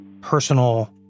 personal